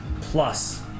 plus